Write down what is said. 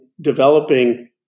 developing